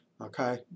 okay